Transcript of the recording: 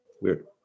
weird